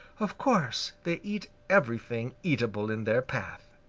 of course, they eat everything eatable in their path.